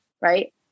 Right